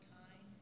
time